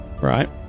Right